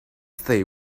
they